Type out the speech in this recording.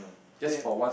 damn